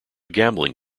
gambling